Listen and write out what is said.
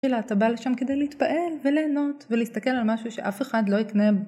אתה בא לשם כדי להתפעל ולהנות ולהסתכל על משהו שאף אחד לא יקנה